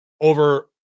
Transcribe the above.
over